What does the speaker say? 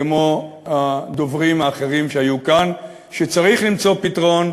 כמו הדוברים האחרים שהיו כאן, שצריך למצוא פתרון.